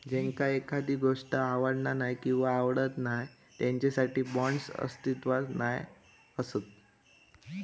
ज्यांका एखादी गोष्ट आवडना नाय किंवा आवडत नाय त्यांच्यासाठी बाँड्स अस्तित्वात नाय असत